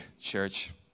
church